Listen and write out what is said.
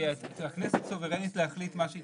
הכנסת סוברנית להחליט מה שהיא